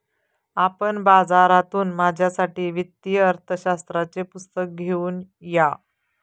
आपण बाजारातून माझ्यासाठी वित्तीय अर्थशास्त्राचे पुस्तक घेऊन या